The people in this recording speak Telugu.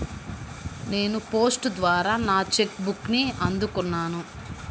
నేను పోస్ట్ ద్వారా నా చెక్ బుక్ని అందుకున్నాను